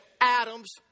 Adam's